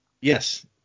Yes